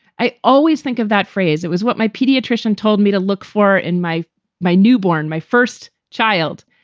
i always think of that phrase. it was what my pediatrician told me to look for in my my newborn, my first child.